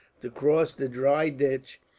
to cross the dry ditch,